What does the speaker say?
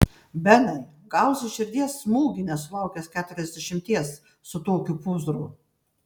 benai gausi širdies smūgį nesulaukęs keturiasdešimties su tokiu pūzru